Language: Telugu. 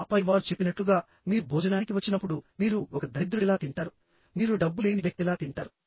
ఆపై వారు చెప్పినట్లుగా మీరు భోజనానికి వచ్చినప్పుడు మీరు ఒక దరిద్రుడిలా తింటారు మీరు డబ్బు లేని వ్యక్తిలా తింటారు